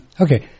Okay